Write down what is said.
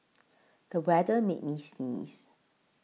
the weather made me sneeze